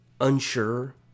unsure